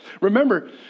Remember